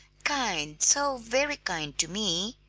kind, so very kind to me!